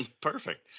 Perfect